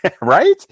Right